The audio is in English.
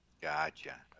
gotcha